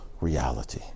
reality